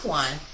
one